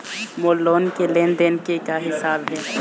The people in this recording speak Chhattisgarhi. मोर लोन के लेन देन के का हिसाब हे?